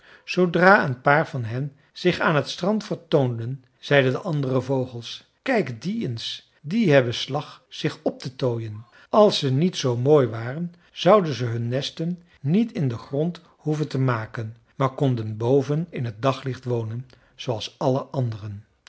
zoodra een paar van hen zich aan t strand vertoonden zeiden de andere vogels kijk die eens die hebben slag zich op te tooien als ze niet zoo mooi waren zouden ze hun nesten niet in den grond hoeven te maken maar konden boven in t daglicht wonen zooals alle anderen